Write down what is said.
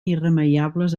irremeiables